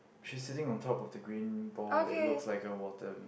she's sitting on top of the green ball that looks like a water